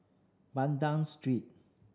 Banda Street